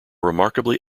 remarkably